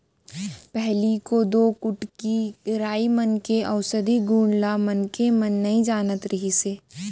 पहिली कोदो, कुटकी, राई मन के अउसधी गुन ल मनखे मन नइ जानत रिहिस हे